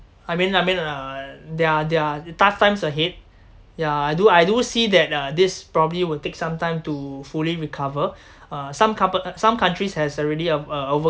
I mean I mean uh there are there are tough times ahead yeah I do I do see that uh this probably will take some time to fully recover uh some couple some countries has already uh uh overcome